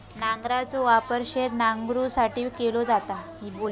नांगराचो वापर शेत नांगरुसाठी केलो जाता